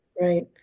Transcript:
right